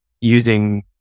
using